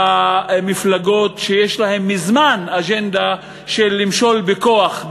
למפלגות שיש להן מזמן אג'נדה של למשול בכוח,